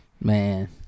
Man